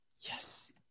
Yes